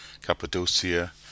Cappadocia